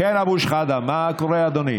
כן, אבו שחאדה, מה קורה, אדוני?